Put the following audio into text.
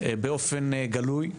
באופן גלוי,